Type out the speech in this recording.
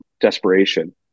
desperation